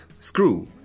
screw